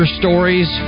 stories